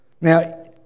now